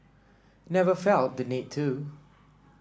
never felt the need to